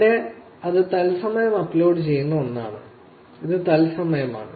ഇവിടെ അത് തത്സമയം അപ്ലോഡ് ചെയ്യുന്ന ഒന്നാണ് അത് തത്സമയമാണ്